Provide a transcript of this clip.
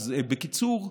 בקיצור,